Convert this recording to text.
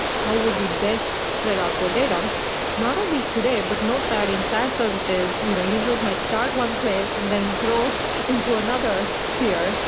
how would we best spread out your data not only today, but note that in sas services, you know users might start one place and then grow into another tier,